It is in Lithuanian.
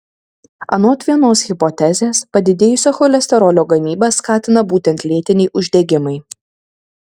anot vienos hipotezės padidėjusią cholesterolio gamybą skatina būtent lėtiniai uždegimai